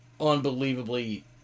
unbelievably